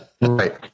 Right